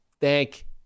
thank